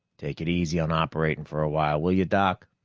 take it easy on operating for a while, will you, doc?